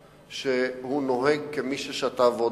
שהוא נוהג כמי ששתה וודקה.